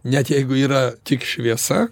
net jeigu yra tik šviesa